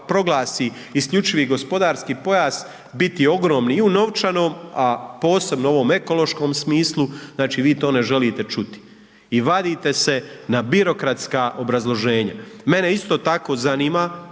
proglasi isključivi gospodarski pojas biti ogromni i u novčanom, a posebno ovom ekološkom smislu, znači vi to ne želite čuti. I vadite se na birokratska obrazloženja. Mene isto tako zanima